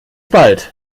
bald